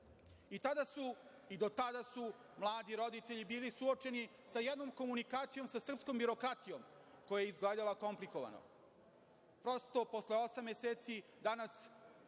u Srbiji. Do tada su mladi roditelji bili suočeni sa jednom komunikacijom sa srpskom birokratijom koja je izgledala komplikovano. Prosto, posle osam meseci, danas